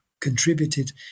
Contributed